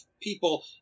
people